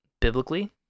Biblically